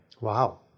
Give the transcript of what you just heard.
Wow